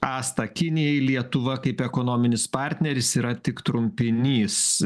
asta kinijai lietuva kaip ekonominis partneris yra tik trumpinys